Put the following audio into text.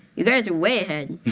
you guys are way ahead.